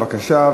בבקשה,